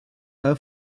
her